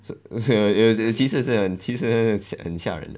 so 其实很其实很很吓人